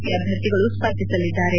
P ಅಭ್ಯರ್ಥಿಗಳು ಸ್ವರ್ಧಿಸಲಿದ್ದಾರೆ